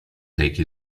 take